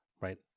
Right